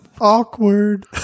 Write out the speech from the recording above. Awkward